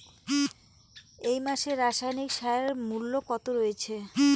এই মাসে রাসায়নিক সারের মূল্য কত রয়েছে?